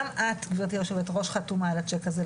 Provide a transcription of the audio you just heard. גם את גבירתי היושבת ראש חתומה על הצ'ק הזה,